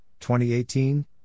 2018